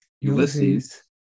Ulysses